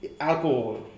alcohol